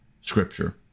Scripture